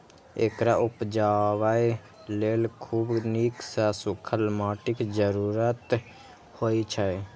एकरा उपजाबय लेल खूब नीक सं सूखल माटिक जरूरत होइ छै